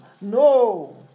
No